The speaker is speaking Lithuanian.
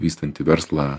vystanti verslą